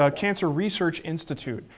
ah cancer research institute.